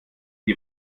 die